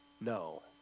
No